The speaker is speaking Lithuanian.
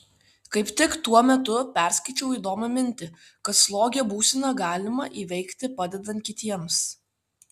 kaip tik tuo metu perskaičiau įdomią mintį kad slogią būseną galima įveikti padedant kitiems